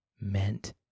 meant